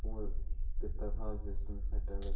आपूं गे कीता सारा सिस्टम सेट ते